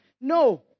No